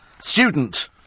Student